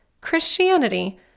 Christianity